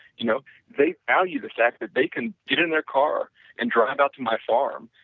you know they value the fact that they can sit in their car and drive out to my farm,